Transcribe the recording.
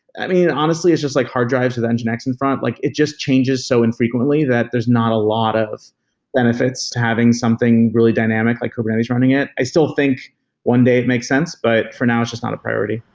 i mean, honestly is just like hard drives with and nginx in front. like it just changes so infrequently that there's not a lot of benefits to having something really dynamic like kubernetes running it. i still think one day make it makes sense, but for now it's just not a priority.